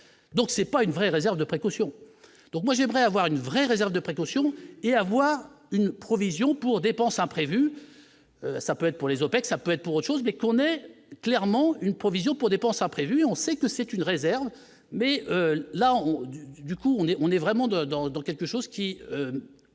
donc c'est pas une vraie réserve de précaution, donc moi j'aimerais avoir une vraie réserve de précaution et avoir une provision pour dépenses imprévues, ça peut être pour les obsèques, ça peut être pour eux chose mais qu'on est clairement une provision pour dépenses imprévues, on sait que c'est une réserve, mais là on du coup on est, on est vraiment dans dans le dans quelque